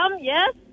yes